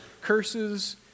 Curses